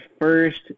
first